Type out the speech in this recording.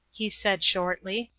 he said shortly.